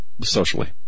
socially